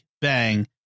bang